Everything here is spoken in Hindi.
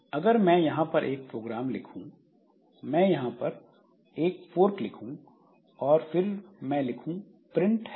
अगर मैं यहां पर एक प्रोग्राम लिखूं मैं यहां पर एक फ़ोर्क लिखूं और फिर मैं लिखूं प्रिंट हेलो